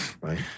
right